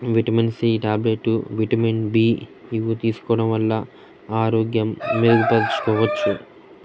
vitamin C tablet vitamin B ఇవి తీసుకోడం వల్ల ఆరోగ్యం మెరుగుపరచుకోవచ్చు